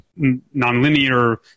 nonlinear